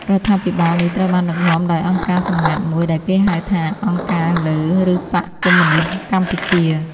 រដ្ឋាភិបាលនេះត្រូវបានដឹកនាំដោយអង្គការសម្ងាត់មួយដែលគេហៅថា «អង្គការលើ» ឬបក្សកុម្មុយនីស្តកម្ពុជា។